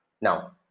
now